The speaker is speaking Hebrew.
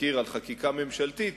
חקיקה ממשלתית,